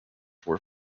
were